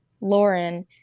lauren